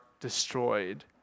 destroyed